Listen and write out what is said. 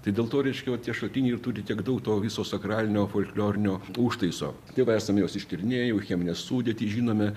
tai dėlto reiškia vat tie šaltiniai ir turi tiek daug to viso sakralinio folklorinio užtaiso jau esam juos ištyrinėję jau cheminę sudėtį žinome